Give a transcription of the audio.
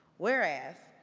whereas,